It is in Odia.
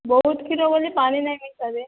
ବହୁତ କ୍ଷୀର ବୋଲି ପାଣି ନାହିଁ ମିଶାବେ